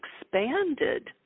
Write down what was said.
expanded